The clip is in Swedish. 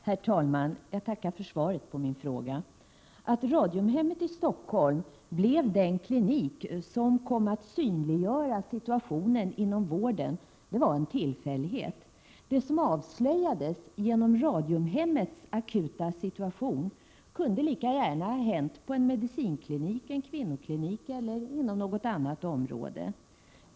Herr talman! Jag tackar för svaret på min fråga. Att Radiumhemmet i Stockholm blev den klinik som kom att synliggöra situationen inom vården var en tillfällighet. Det som avslöjades genom Radiumhemmets akuta situation kunde lika gärna ha hänt på en medicinklinik, en kvinnoklinik eller inom något annat område.